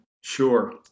Sure